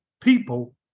people